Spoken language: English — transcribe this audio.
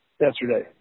yesterday